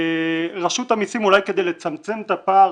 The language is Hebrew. רשות המסים אולי כדי לצמצם את הפער,